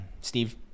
Steve